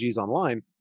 online